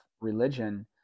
religion